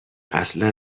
اصلا